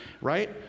Right